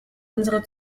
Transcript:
unsere